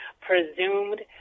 presumed